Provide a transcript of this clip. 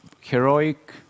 heroic